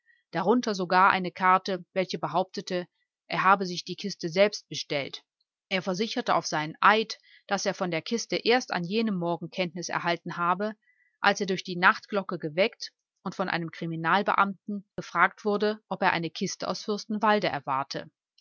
darunter sogar eine karte welche behauptete er habe sich die kiste selbst bestellt er versichere auf seinen eid daß er von der kiste erst an jenem morgen kenntnis erhalten habe als er durch die nachtglocke geweckt und von einem kriminalbeamten amten gefragt wurde ob er eine kiste aus fürstenwalde erwarte